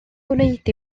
gwneud